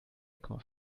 komma